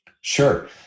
Sure